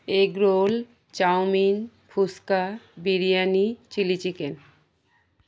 egg roll chowmein phuchka biryani chilli chicken